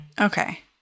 Okay